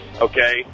okay